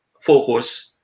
focus